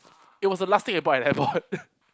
it was the last thing I bought at airport